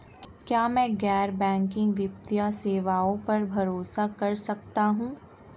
क्या मैं गैर बैंकिंग वित्तीय सेवाओं पर भरोसा कर सकता हूं?